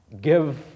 give